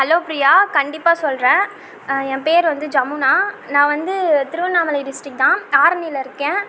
hello Priya கண்டிப்பாக சொல்கிறேன் என் பேர் வந்து ஜமுனா நான் வந்து திருவண்ணாமலை டிஸ்ட்ரிக்ட் தான் தாரணிலருக்கேன்